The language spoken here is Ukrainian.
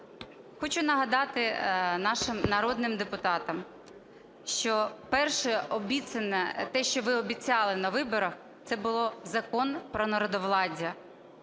Хочу нагадати нашим народним депутатам, що перше обіцяне, те, що ви обіцяли на виборах, це був закон про народовладдя.